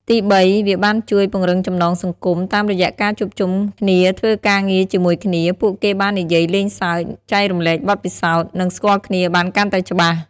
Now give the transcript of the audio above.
ទីបី វាបានជួយ ពង្រឹងចំណងសង្គម តាមរយៈការជួបជុំគ្នាធ្វើការងារជាមួយគ្នា ពួកគេបាននិយាយលេងសើច ចែករំលែកបទពិសោធន៍ និងស្គាល់គ្នាបានកាន់តែច្បាស់។